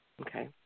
Okay